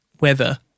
Weather